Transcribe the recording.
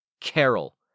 Carol